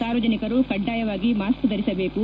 ಸಾರ್ವಜನಿಕರು ಕಡ್ಡಾಯವಾಗಿ ಮಾಸ್ಕ್ ಧರಿಸಬೇಕು